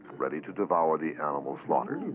ready to devour the animal slaughtered.